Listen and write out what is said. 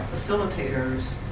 facilitators